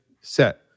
set